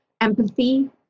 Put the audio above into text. empathy